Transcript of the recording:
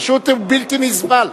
פשוט הוא בלתי נסבל.